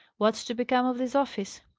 what's to become of this office?